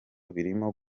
birimo